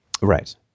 Right